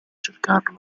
cercarlo